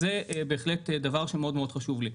אז זה בהחלט דבר שמאוד חשוב לי.